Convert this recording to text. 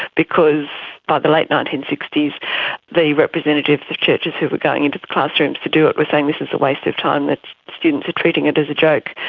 because by the late nineteen sixty s the representatives of churches who were going in to the classrooms to do it were saying this is a waste of time, the students are treating it as a joke.